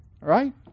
right